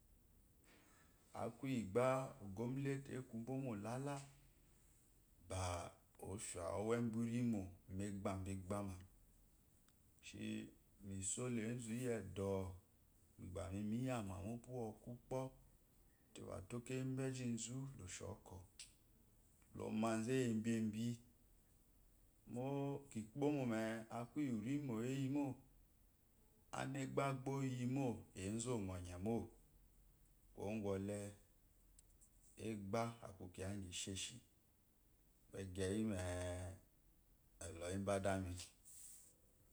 Akuyi gba ogomnati ekubmo lela ba ofia owe bunimo megbeba enyi shi misole eyi edo migba miyi miya ma mopu woku kpo te watekeyi beji zu loshokwo lomazu eyebebi mo kikpomome akuyi urimo eyimo anegba gba oyimo enzu ongonye mo kuwo kwɔle gbegbeyime doyi ma adami.